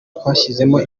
twashyizemo